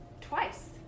twice